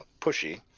pushy